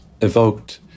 evoked